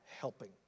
helping